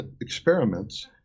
experiments